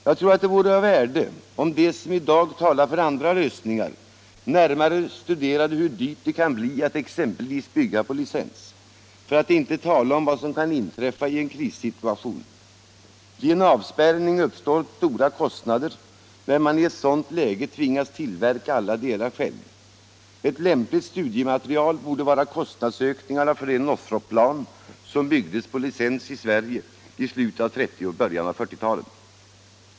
Jag tror att det vore av värde om de som i dag talar för andra lösningar närmare studerade hur dyrt det kan bli att exempelvis bygga på licens, för att inte tala om vad som kan inträffa i en krissituation: Vid en avspärrning uppstår stora kostnader när man i ett sådant läge tvingas tillverka alla delar själv. Ett lämpligt studiematerial borde vara kostnadsökningarna för det Northropplan som byggdes på licens i Sverige i slutet av 1930-talet och början av 1940-talet.